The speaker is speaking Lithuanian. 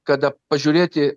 kada pažiūrėti